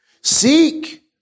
Seek